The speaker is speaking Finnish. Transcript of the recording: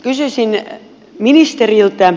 kysyisin ministeriltä